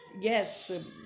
yes